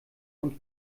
und